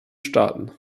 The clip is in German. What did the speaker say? staaten